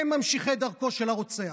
הם ממשיכי דרכו של הרוצח.